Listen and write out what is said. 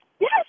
Yes